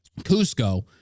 Cusco